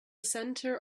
center